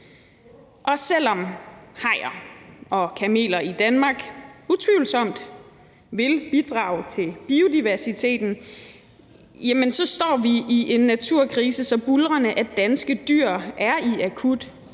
Også selv om hajer og kameler i Danmark utvivlsomt vil bidrage til biodiversiteten, står vi i en naturkrise så buldrende, at danske dyr er i akut fare